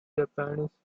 japanese